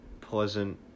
pleasant